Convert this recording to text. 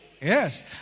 Yes